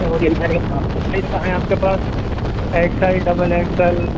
ہے آپ کے پاس ایکسل ڈبل ایکسل